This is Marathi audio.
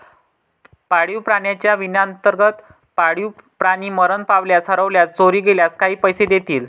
पाळीव प्राण्यांच्या विम्याअंतर्गत, पाळीव प्राणी मरण पावल्यास, हरवल्यास, चोरी गेल्यास काही पैसे देतील